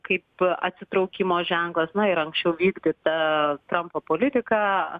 kaip atsitraukimo ženklas na ir anksčiau vykdyta trampo politika